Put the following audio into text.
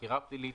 חקירה פלילית,